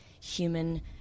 human